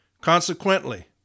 Consequently